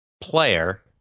player